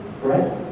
Right